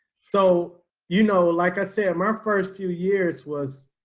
so you know, like i said, my first few years was,